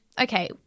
okay